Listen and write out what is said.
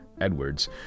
Edwards